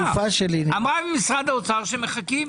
אמרה ממשרד האוצר שמחכים